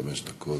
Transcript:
חמש דקות.